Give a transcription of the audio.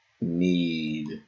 need